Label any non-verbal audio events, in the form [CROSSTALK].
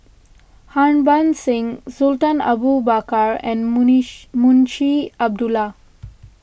Harbans Singh Sultan Abu Bakar and [UNINTELLIGIBLE] Munshi Abdullah